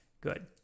good